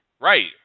Right